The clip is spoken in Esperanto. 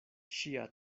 ŝia